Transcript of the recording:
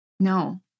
No